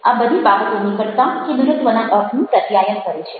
આ બધી બાબતો નિકટતા કે દૂરત્વના અર્થનું પ્રત્યાયન કરે છે